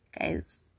Guys